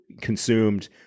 consumed